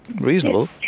Reasonable